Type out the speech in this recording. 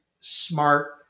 smart